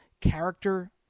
character